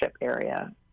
area